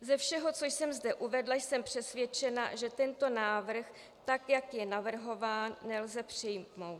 Ze všeho, co jsem zde uvedla, jsem přesvědčena, že tento návrh, tak jak je navrhován, nelze přijmout.